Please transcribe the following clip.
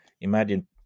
Imagine